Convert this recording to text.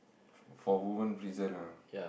for for woman prison ah